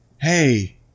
hey